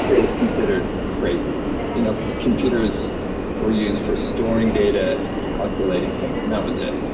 it was considered crazy you know because computers were used for storing data and calculating things, and that was it.